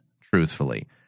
truthfully